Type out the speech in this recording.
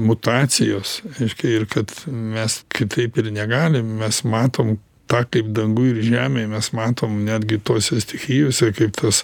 mutacijos reiškia kad mes kitaip ir negalim mes matom tą kaip danguj ir žemėj mes matom netgi tose stichijose kaip tas